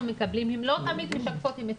מקבלים הן לא תמיד משקפות את המציאות.